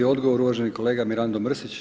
Odgovor uvaženi kolega Mirando Mrsić.